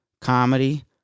comedy